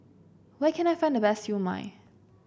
where can I find the best Siew Mai